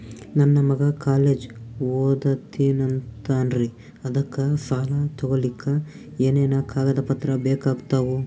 ನನ್ನ ಮಗ ಕಾಲೇಜ್ ಓದತಿನಿಂತಾನ್ರಿ ಅದಕ ಸಾಲಾ ತೊಗೊಲಿಕ ಎನೆನ ಕಾಗದ ಪತ್ರ ಬೇಕಾಗ್ತಾವು?